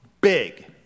big